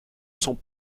sont